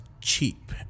cheap